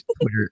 Twitter